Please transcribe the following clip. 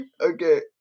Okay